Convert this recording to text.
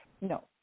no